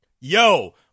Yo